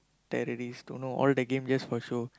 terrorist don't know all the game just for show